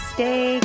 Stay